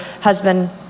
husband